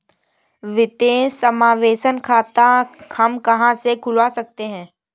वित्तीय समावेशन खाता हम कहां से खुलवा सकते हैं?